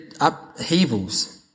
upheavals